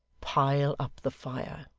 pile up the fire!